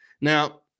Now